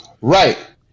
Right